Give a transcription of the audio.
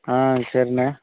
ஆ சரிண்ணே